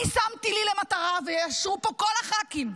אני שמתי לי למטרה, ויאשרו פה כל הח"כים,